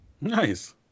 Nice